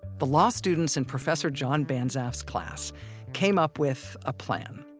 the law students in professor john banzhaf's class came up with a plan.